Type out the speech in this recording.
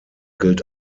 gilt